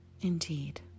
indeed